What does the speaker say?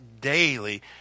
daily